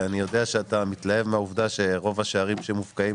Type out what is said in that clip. יודע שאתה מתלהב מהעובדה שרוב השערים שמובקעים,